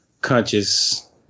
conscious